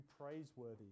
praiseworthy